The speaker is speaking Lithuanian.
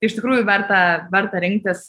iš tikrųjų verta verta rinktis